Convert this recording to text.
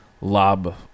lob